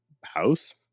house